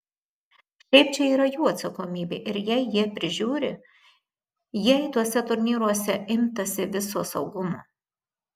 šiaip čia yra jų atsakomybė ir jei jie prižiūri jei tuose turnyruose imtasi viso saugumo